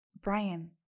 Brian